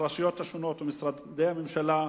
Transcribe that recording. הרשויות השונות ומשרדי הממשלה,